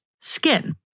skin